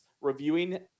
reviewing